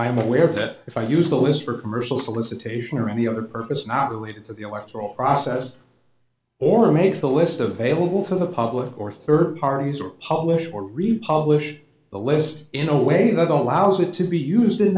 am aware of that if i use the list for commercial solicitation or any other purpose is not related to the electoral process or made the list of available to the public or third parties or publish or republic the list in a way that allows it to be used in